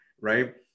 right